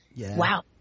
Wow